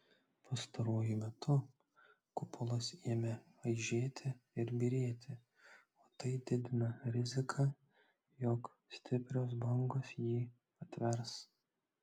pastaruoju metu kupolas ėmė aižėti ir byrėti o tai didina riziką jog stiprios bangos jį atvers